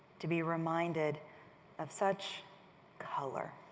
to be reminded of such color.